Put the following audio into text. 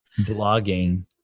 blogging